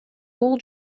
бул